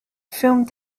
film